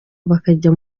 bakajya